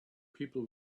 people